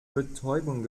betäubung